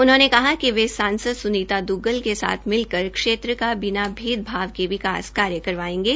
उन्होंने कहा कि वे सांसद सुनीता दुग्गल तथा मैं मिलकर क्षेत्र का बिना भेदभाव के विकास कार्य करवाएंगे